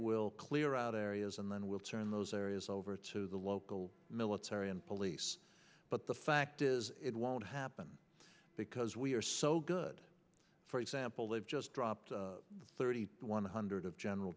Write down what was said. will clear out areas and then we'll turn those areas over to the local military and police but the fact is it won't happen because we are so good for example they've just dropped thirty one hundred of general